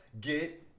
get